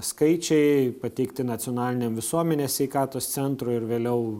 skaičiai pateikti nacionalinio visuomenės sveikatos centro ir vėliau